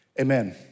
amen